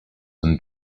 and